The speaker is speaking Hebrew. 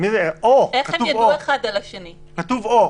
כתוב "או".